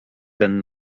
ten